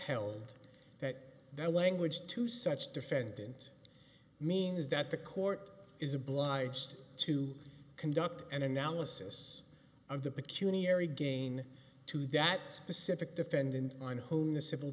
held that the language to such defendant means that the court is obliged to conduct an analysis of the peculiar again to that specific defendant on whom the civil